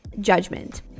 judgment